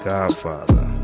Godfather